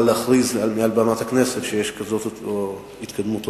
להכריז מעל בימת הכנסת שיש התקדמות כזאת או אחרת.